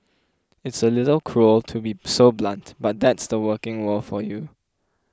it's a little cruel to be so blunt but that's the working world for you